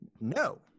No